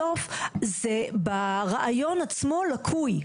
בסוף, ברעיון עצמו, זה לקוי.